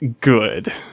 good